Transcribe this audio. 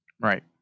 Right